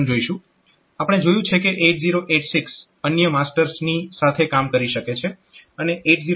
આપણે જોયું છે કે 8086 અન્ય માસ્ટર્સની સાથે કામ કરી શકે છે